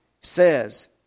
Says